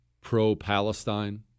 pro-Palestine